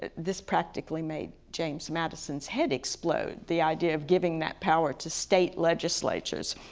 ah this practically made james madison's head explode, the idea of giving that power to state legislatures.